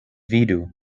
vidu